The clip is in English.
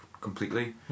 completely